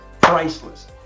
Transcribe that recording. priceless